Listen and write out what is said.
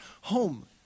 home